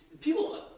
People